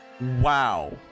Wow